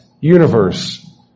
universe